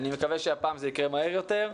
אני מקווה שהפעם זה יקרה מהר יותר.